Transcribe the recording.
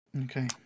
Okay